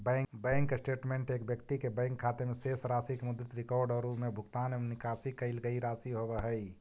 bank statement एक व्यक्ति के बैंक खाते में शेष राशि के मुद्रित रिकॉर्ड और उमें भुगतान एवं निकाशी कईल गई राशि होव हइ